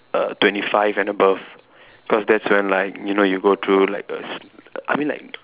err twenty five and above cause that's when like you know you go through like the s I mean like